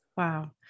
Wow